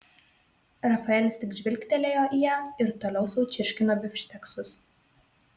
rafaelis tik žvilgtelėjo į ją ir toliau sau čirškino bifšteksus